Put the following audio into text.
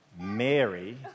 Mary